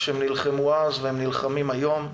שנלחמו אז ונלחמים היום.